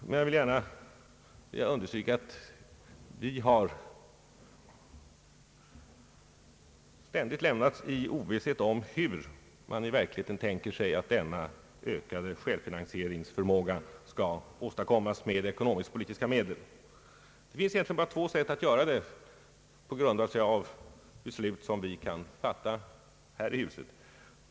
Men jag vill gärna understryka att vi ständigt har lämnats i ovisshet om hur man i verkligheten tänker sig att denna ökade självfinansieringsförmåga skall åstadkommas med ekonomisk-politiska medel. Det finns egentligen bara två sätt att åstadkomma den på grundval av beslut som vi kan fatta här i huset.